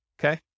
Okay